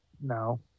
No